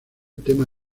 tema